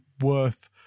worth